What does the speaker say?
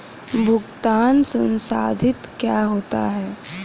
भुगतान संसाधित क्या होता है?